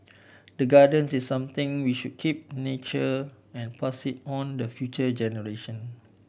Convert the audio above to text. the gardens is something we should keep nurture and pass on the future generation